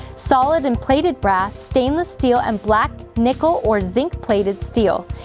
solid and plated brass, stainless steel and black, nickel or zinc plated steel.